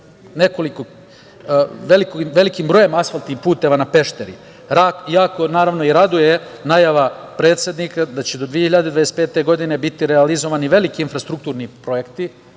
velikim brojem asfaltnih puteva na Pešteru. Raduje i najava predsednika da će do 2025. godine biti realizovani veliki infrastrukturni projekti,